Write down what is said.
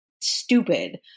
stupid